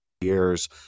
years